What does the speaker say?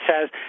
says